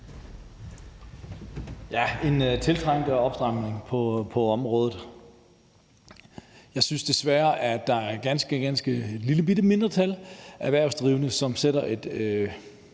er en tiltrængt opstramning på området. Jeg synes desværre, at der er et lillebitte mindretal af erhvervsdrivende, som sætter resten